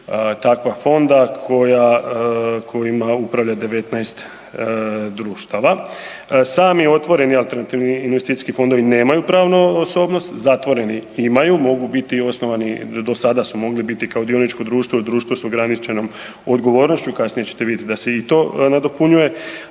takva fonda kojima upravlja 19 društava. Sami otvoreni alternativni investicijski fondovi nemaju pravno osobnost, zatvoreni imaju, mogu biti osnovani, do sada su mogli biti kao dioničko društvo i društvo s ograničenom odgovornošću, kasnije ćete vidjeti da se i to nadopunjuje.